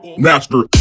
Master